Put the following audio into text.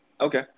okay